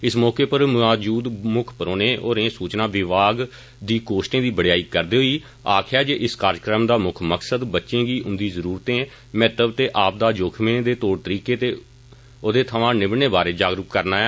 इस मौके पर मौजूद मुक्ख परौहने होरें सूचना विभाग दी कोष्टें दी बड़ेयाई करदे होई आक्खेया जे इस कार्जक्रम दा मुक्ख मकसद बच्चें गी उंदी जरूरत महत्व ते आपदा जोखिम दे तौर तरीकें ते उंदे थमां निब्बड़ने बारै जागरूक करना ऐ